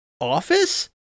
office